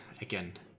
again